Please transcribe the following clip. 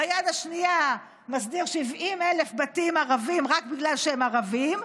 וביד השנייה מסדיר 70,000 בתים ערביים רק בגלל שהם ערבים,